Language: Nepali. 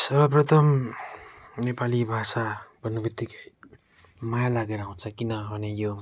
सर्वप्रथम नेपाली भाषा भन्नु बित्तिकै माया लागेर आउँछ किनभने यो